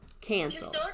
cancel